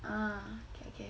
ah okay okay